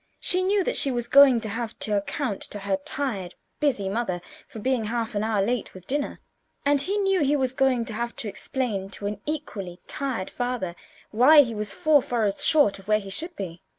she knew that she was going to have to account to her tired, busy mother for being half an hour late with dinner and he knew he was going to have to explain to an equally tired father why he was four furrows short of where he should be.